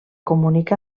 comunica